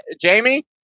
Jamie